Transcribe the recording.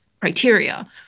criteria